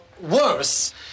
worse